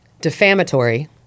defamatory